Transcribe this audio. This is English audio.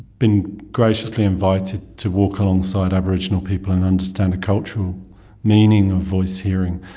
been graciously invited to walk alongside aboriginal people and understand a cultural meaning of voice-hearing.